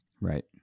right